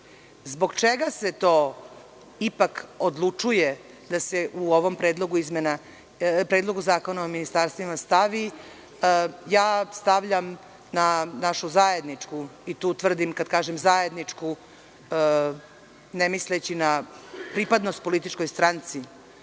Zbog čega se ipak odlučuje da se to u ovom Predlogu zakona o ministarstvima stavi, ja stavljam na našu zajedničku, kad kažem zajedničku, tu ne mislim na pripadnost političkoj stranci,